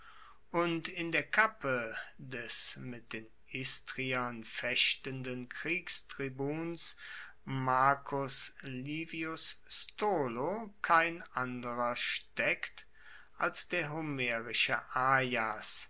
und in der kappe des mit den istriern fechtenden kriegstribuns marcus livius stolo kein anderer steckt als der